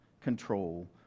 control